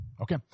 Okay